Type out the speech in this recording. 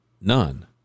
none